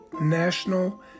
National